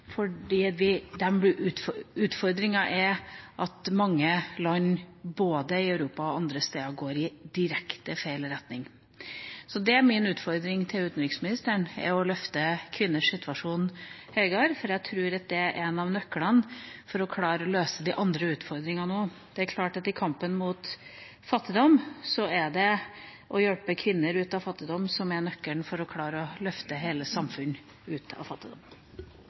utfordringa er at mange land, både i Europa og andre steder, går i direkte feil retning. Så det er min utfordring til utenriksministeren, å løfte kvinners situasjon høyere, for jeg tror det er en av nøklene til også å klare å løse de andre utfordringene. Det er klart at i kampen mot fattigdom er det det å hjelpe kvinner ut av fattigdom som er nøkkelen til å klare å løfte hele samfunn ut av fattigdom.